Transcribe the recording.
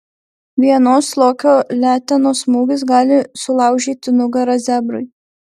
vienos lokio letenos smūgis gali sulaužyti nugarą zebrui